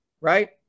right